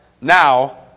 now